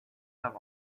have